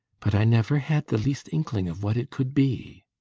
but i never had the least inkling of what it could be.